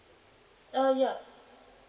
uh ya